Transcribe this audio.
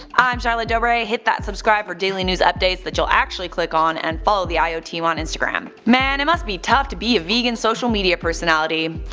i'm charlotte dobre, hit that subscribe for daily news updates that you'll actually click on, and follow the io team on insagram. man, it must be tough to be a vegan social media personality.